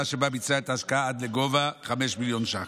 שבה ביצע את ההשקעה עד לגובה של 5 מיליון שקלים.